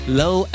low